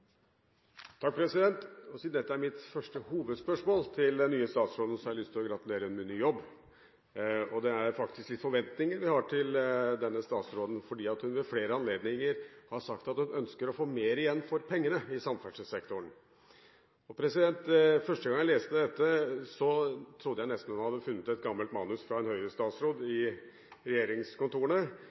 Siden dette er mitt første hovedspørsmål til den nye statsråden, har jeg lyst til å gratulere henne med ny jobb. Vi har faktisk en del forventninger til denne statsråden, fordi hun ved flere anledninger har sagt at hun ønsker å få mer igjen for pengene i samferdselssektoren. Første gang jeg leste dette, trodde jeg nesten hun hadde funnet et gammelt manus fra en Høyre-statsråd i regjeringskontorene,